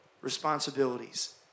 responsibilities